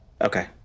okay